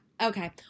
Okay